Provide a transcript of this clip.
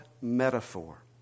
metaphor